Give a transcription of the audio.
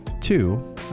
Two